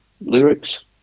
lyrics